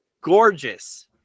gorgeous